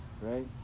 right